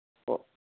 ꯑꯣ